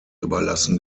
überlassen